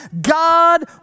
God